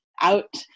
out